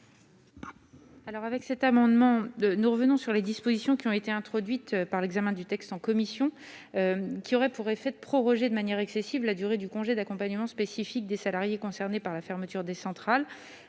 avec cet amendement, de nous revenons sur les dispositions qui ont été introduites par l'examen du texte en commission qui aurait pour effet de proroger de manière excessive la durée du congé d'accompagnement spécifique des salariés concernés par la fermeture des centrales